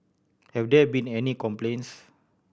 have there been any complaints